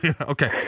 Okay